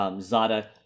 Zada